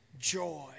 joy